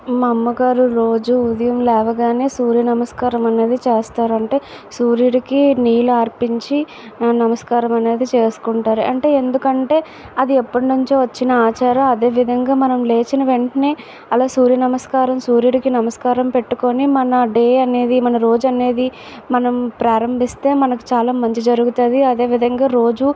మా అమ్మగారు రోజు ఉదయం లేవగానే సూర్య నమస్కారం అన్నది చేస్తారంటే సూర్యుడికి నీళ్ళు అర్పించి నమస్కారం అనేది చేసుకుంటారు అంటే ఎందుకంటే అది ఎప్పటినుంచి వచ్చిన ఆచారం అదే విధంగా మనం లేచిన వెంటనే అలా సూర్య నమస్కారం సూర్యుడికి నమస్కారం పెట్టుకొని మన డే అనేది మన రోజు అనేది మనం ప్రారంభిస్తే మనకు చాలా మంచి జరుగుతుంది అదే విధంగా రోజు